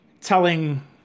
telling